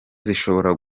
zishobora